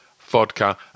vodka